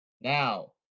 Now